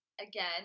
again